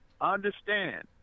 understand